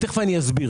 תכף אני אסביר.